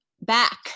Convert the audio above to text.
Back